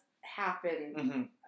happen